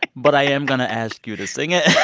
but i am going to ask you to sing it